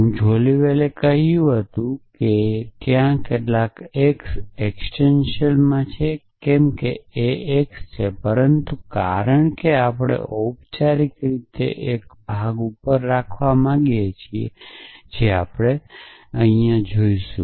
હું જોલીવેલે કહ્યું હતું કે ત્યાં કેટલાક x એકસીટેંટીયલમાં છે જેમ કે x છે પરંતુ કારણ કે આપણે ઑપચારિક રીતે એક ભાગ ઉપર રાખવા માગીએ છીએ જે આપણે જોઈશું